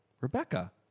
Rebecca